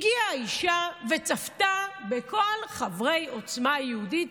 הגיעה האישה וצפתה בכל חברי עוצמה יהודית,